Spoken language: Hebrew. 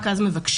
רק אז מבקשים.